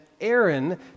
Aaron